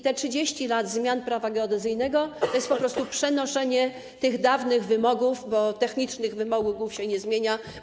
30 lat zmian Prawa geodezyjnego to po prostu przenoszenie dawnych wymogów, bo technicznych wymogów się nie zmienia.